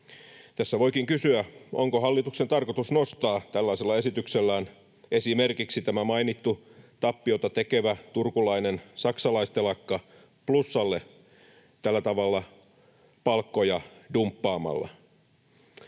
Tässä voikin kysyä, onko hallituksen tarkoitus nostaa tällaisella esityksellään esimerkiksi tämä mainittu tappiota tekevä turkulainen saksalaistelakka plussalle tällä tavalla palkkoja dumppaamalla.